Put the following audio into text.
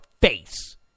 face